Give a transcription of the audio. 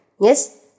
Yes